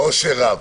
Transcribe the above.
באושר רב.